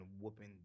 whooping